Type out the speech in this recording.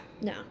no